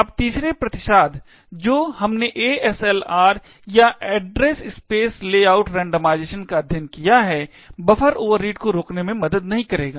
अब तीसरी प्रतिसाद जो हमने ASLR या एड्रेस स्पेस लेआउट रैंडमाइजेशन का अध्ययन किया है बफर ओवररीड को रोकने में मदद नहीं करेगा